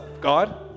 God